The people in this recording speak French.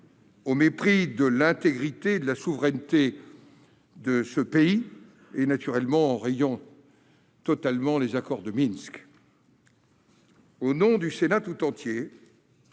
au mépris de l'intégrité et de la souveraineté de ce pays et en rayant totalement les accords de Minsk. Au nom du Sénat tout entier,